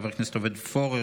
חבר הכנסת עודד פורר,